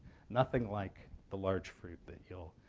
nothing like the large fruit that you'll